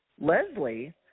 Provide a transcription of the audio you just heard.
Leslie